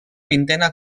vintena